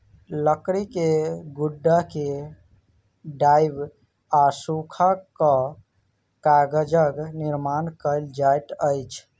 लकड़ी के गुदा के दाइब आ सूखा कअ कागजक निर्माण कएल जाइत अछि